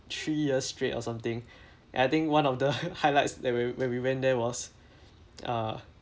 three years straight or something and I think one of the highlights that we when we went there was uh